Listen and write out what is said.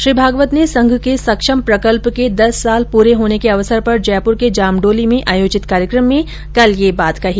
श्री भागवत ने संघ के सक्षम प्रकल्प के दस साल पूरे होने के अवसर पर जयपुर के जामडोली में आयोजित कार्यक्रम में कल यह बात कही